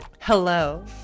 Hello